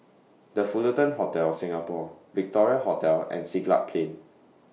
The Fullerton Hotel Singapore Victoria Hotel and Siglap Plain